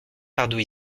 pardoux